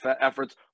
efforts